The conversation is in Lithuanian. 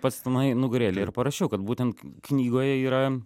pats tenai nugarėlėj ir parašiau kad būtent k knygoje yra